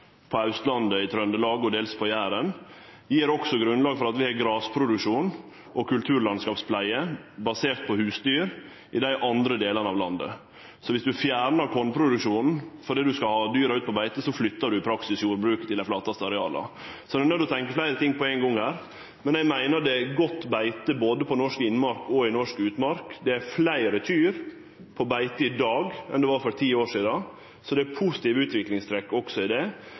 på Austlandet, i Trøndelag og dels på Jæren. Det gjev også grunnlag for at vi har grasproduksjon og kulturlandskapspleie basert på husdyr i dei andre delane av landet. Viss ein fjernar kornproduksjonen fordi ein skal ha dyra ut på beite, flyttar ein i praksis jordbruket til dei flataste areala, så her er ein nøydd til å tenkje fleire ting på ein gong. Men eg meiner det er godt beite både i norsk innmark og i norsk utmark. Det er fleire kyr på beite i dag enn det var for ti år sidan, så det er positive utviklingstrekk også. Men det